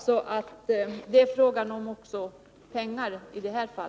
Det är också i det här fallet främst fråga om pengar.